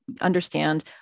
understand